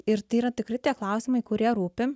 ir tai yra tikrai tie klausimai kurie rūpi